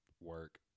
work